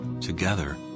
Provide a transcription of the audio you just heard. Together